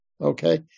Okay